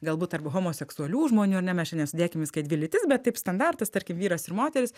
galbūt tarp homoseksualių žmonių ar ne mes čia nesudėkim viską į dvi lytis bet taip standartas tarkim vyras ir moteris